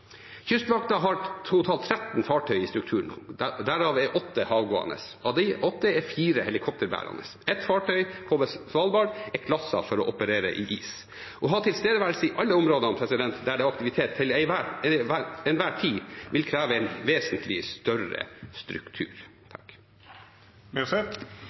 Kystvakten har totalt 13 fartøy i struktur nå, derav åtte havgående. Av de åtte er fire helikopterbærende. Ett fartøy, KV «Svalbard», er klasset for å operere i is. Å ha tilstedeværelse til enhver tid i alle områder der det er aktivitet, vil kreve en vesentlig større struktur. Først vil